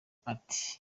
ati